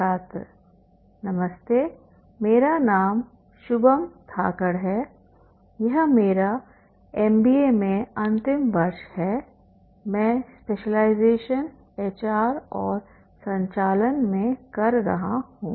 छात्र नमस्ते मेरा नाम शुभम धाकड़ है यह मेरा एमबीए में अंतिम वर्ष है मैं स्पेशलाइजेशन एचआर और संचालन में कर रहा हूँ